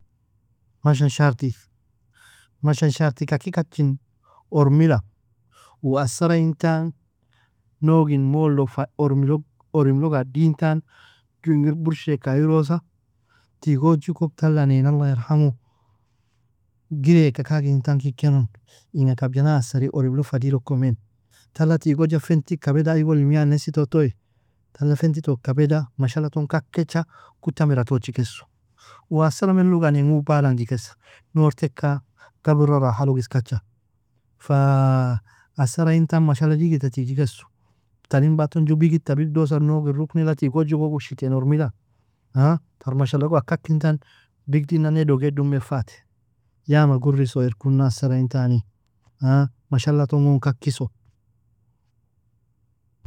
Masha sharti kakikachin ormila uu asara intan nogin mollo fa ormilog orimlog adintan ju ingir burshek airosa tigojikog tala anin الله يرحمه gireka kagintan kikiano inga kabjana asari orimlo fa dirokmen tala tigoja fenti kabeda igo limia anesito toyi tala fentito kabeda mashalaton kakecha kuta mira tochikesso uu asara mellug anen gu balangichikessa nor teka gabura rahalog ikskacha fa asara intan mashala digita tigjikeso tarin baton ju bigita bigdosa nogin rukunila tigujikuga shiten ormila tar mashala log akakintan bigdinane doge dumefate yama gurriso irikuna asara intani mashala ton gon kakiso.